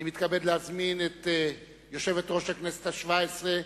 אני מתכבד להזמין את יושבת-ראש הכנסת השבע-עשרה,